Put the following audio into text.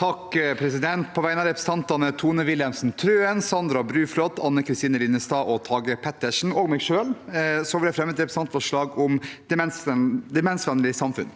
På vegne av re- presentantene Tone Wilhelmsen Trøen, Sandra Bruflot, Anne Kristine Linnestad, Tage Pettersen og meg selv vil jeg fremme et representantforslag om et demensvennlig samfunn.